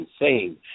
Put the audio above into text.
insane